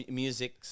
music